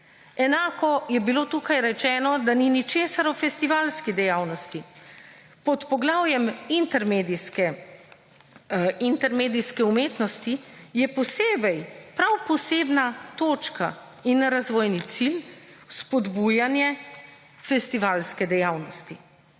Enako je bilo tukaj rečeno, da ni ničesar o festivalski dejavnosti. Pod poglavjem intermedijske umetnosti, je posebej, prav posebna točka in razvojni cilj spodbujanje festivalske dejavnosti.